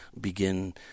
begin